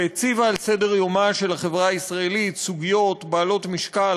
שהציבה על סדר-יומה של החברה הישראלית סוגיות בעלות משקל,